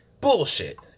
Bullshit